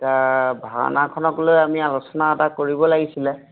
এতিয়া ভাওনাখনক লৈ আমি আলোচনা এটা কৰিব লাগিছিলে